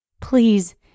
Please